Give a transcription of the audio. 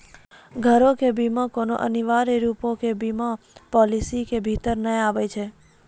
घरो के बीमा कोनो अनिवार्य रुपो के बीमा पालिसी के भीतर नै आबै छै